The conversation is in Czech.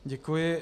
Děkuji.